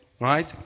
Right